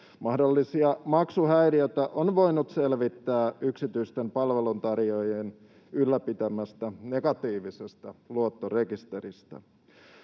Mahdollisia maksuhäiriöitä on voinut selvittää yksityisten palveluntarjoajien ylläpitämästä negatiivisesta luottorekisteristä.